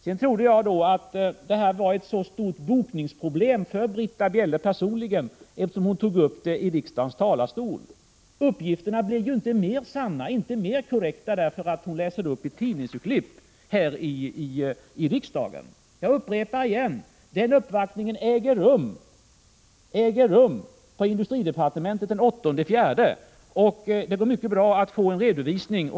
Det föll mig in att Britta Bjelle personligen hade ett stort bokningsproblem, eftersom hon tog upp detta från riksdagens talarstol. Men uppgifterna blir inte mer korrekta därför att hon läser upp tidningsurklipp här i riksdagen. Jag upprepar: Uppvaktningen äger rum på industridepartementet den 8 april, och det går mycket bra att få en redovisning från den.